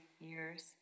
years